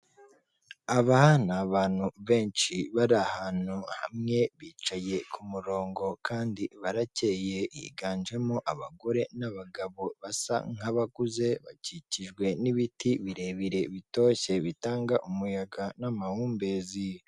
Aba ni abantu benshi bari ahantu hamwe, bicaye ku murongo kandi barakeye. Higanjemo abagore n'abagabo basa nk'abakuze, bakikijwe n'ibiti birebire bitoshye, bitanga umuyaga n'amahumbezi.